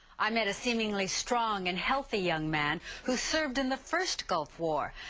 i met a seemingly strong and healthy young man who served in the first gulf war.